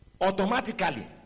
automatically